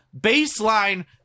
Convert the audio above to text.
baseline